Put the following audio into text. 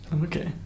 Okay